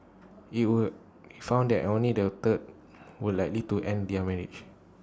he would found that only the third were likely to end their marriage